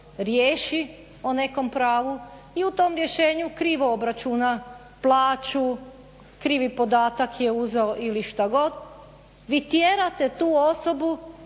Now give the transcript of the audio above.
riješi o nekom pravu i u tom rješenju krivo obračuna plaću, krivi podatak je uzeo ili šta god, vi tjerate tu osobu